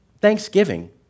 Thanksgiving